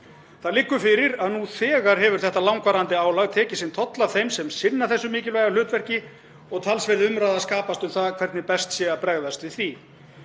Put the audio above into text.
Það liggur fyrir að nú þegar hefur þetta langvarandi álag tekið sinn toll af þeim sem sinna þessu mikilvæga hlutverki og talsverð umræða skapast um það hvernig best sé að bregðast við því.